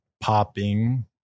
popping